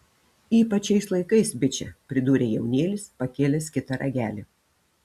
ypač šiais laikais biče pridūrė jaunėlis pakėlęs kitą ragelį